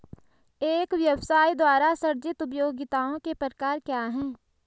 एक व्यवसाय द्वारा सृजित उपयोगिताओं के प्रकार क्या हैं?